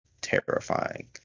terrifying